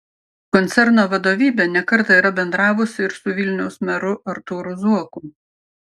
koncerno vadovybė ne kartą yra bendravusi ir su vilniaus meru artūru zuoku